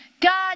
god